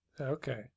Okay